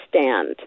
stand